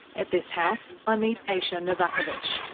at this house, i meet aisha novakovitch,